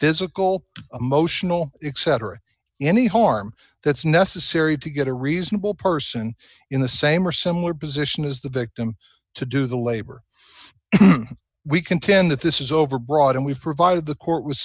physical emotional except or any harm that's necessary to get a reasonable person in the same or similar position as the victim to do the labor we contend that this is overbroad and we've provided the court was